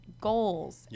goals